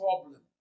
problem